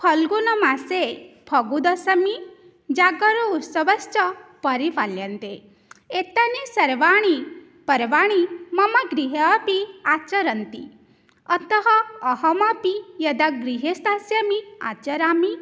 फाल्गुनमासे फल्गुणदशमी जागर उत्सवश्च परिपाल्यन्ते एतानि सर्वाणि पर्वाणि मम गृहे अपि आचरन्ति अतः अहमपि यदा गृहे स्थास्यामि आचरामि